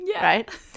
right